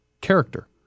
character